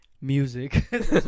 Music